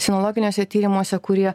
sinologiniuose tyrimuose kurie